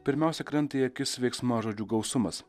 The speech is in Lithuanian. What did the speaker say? pirmiausia krenta į akis veiksmažodžių gausumas